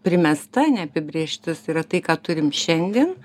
primesta neapibrėžtis yra tai ką turim šiandien